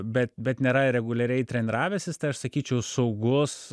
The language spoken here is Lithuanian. bet bet nėra reguliariai treniravęsis tai aš sakyčiau saugus